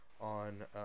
on